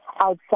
outside